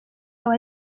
yawe